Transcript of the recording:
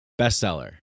bestseller